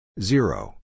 Zero